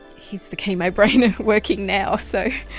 here's the chemobrain working now, so.